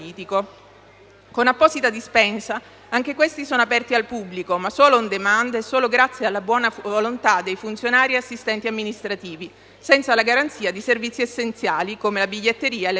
Con apposita dispensa, anche questi sono aperti al pubblico ma solo *on demand* e solo grazie alla buona volontà di funzionari e assistenti amministrativi, senza la garanzia di servizi essenziali come la biglietteria e le *toilette*.